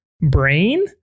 brain